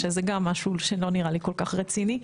שזה גם משהו שלא נראה לי כל כך רציני.